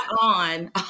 on